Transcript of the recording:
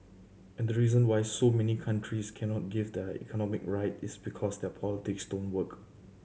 and the reason why so many countries cannot get their economies right it's because their politics don't work